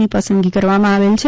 ની પસંદગી કરવામાં આવેલ છે